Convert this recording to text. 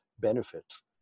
benefits